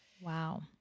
Wow